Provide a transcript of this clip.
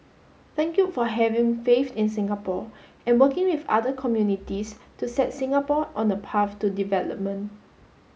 thank you for having faith in Singapore and working with other communities to set Singapore on the path to development